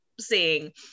seeing